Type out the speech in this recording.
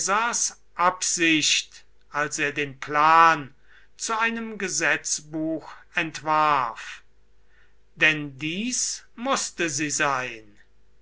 absicht als er den plan zu einem gesetzbuch entwarf denn dies mußte sie sein